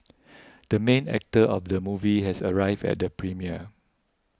the main actor of the movie has arrived at the premiere